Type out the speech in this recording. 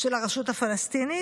של הרשות הפלסטינית,